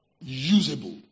Usable